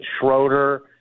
Schroeder